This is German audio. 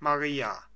maria